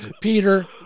Peter